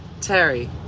Terry